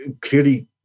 clearly